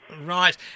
Right